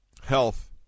health